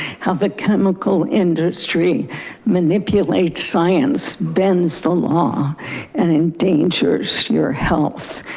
how the chemical industry manipulates science bends the law and endangers your health.